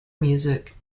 music